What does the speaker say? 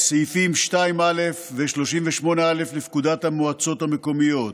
סעיפים 2א ו-38א לפקודת המועצות המקומיות,